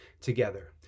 together